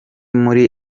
muri